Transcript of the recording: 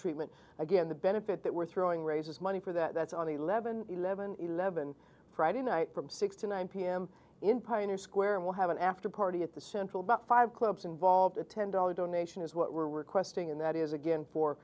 treatment again the benefit that we're throwing raises money for that's on the leaven eleven eleven friday night from six to nine pm in pioneer square and we'll have an after party at the central bank five clubs involved a ten dollar donation is what we're requesting and that is again for